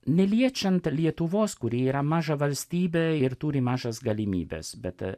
neliečiant lietuvos kuri yra maža valstybė ir turi mažas galimybes bet